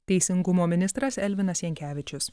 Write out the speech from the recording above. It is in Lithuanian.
teisingumo ministras elvinas jankevičius